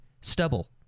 stubble